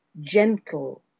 gentle